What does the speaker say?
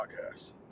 podcast